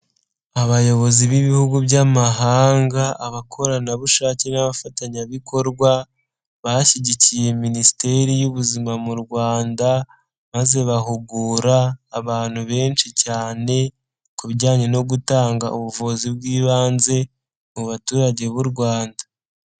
Abayobozi b'ibihugu by'amahanga abakorerabushake n'abafatanyabikorwa, bashyigikiye minisiteri y'ubuzima mu Rwanda, maze bahugura abantu benshi cyane ku bijyanye no gutanga ubuvuzi bw'ibanze mu baturage b'u Rwanda.